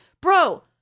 bro